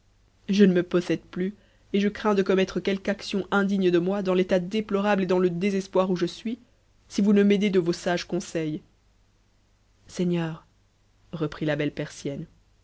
je ne me possède plus et je crains de commette quelque action indigne de moi dans l'état déplorable et dans le désespoir où je suis si vous ne m'aidez de vos sages conseils seigneur reprit la belle persienne